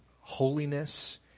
holiness